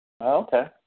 Okay